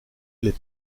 les